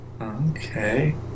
Okay